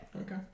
Okay